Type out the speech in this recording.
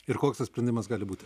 ir koks tas sprendimas gali būti